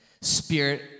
spirit